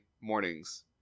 mornings